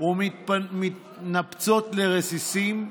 ומתנפצות לרסיסים,